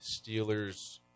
Steelers